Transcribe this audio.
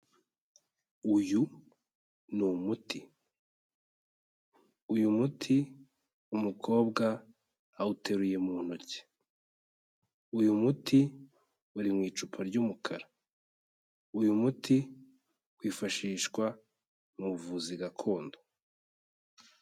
Uyu ni umuti, uyu muti umukobwa awuteruye mu ntoki. Uyu muti uri mu icupa ry'umukara, uyu muti wifashishwa mu buvuzi gakondo.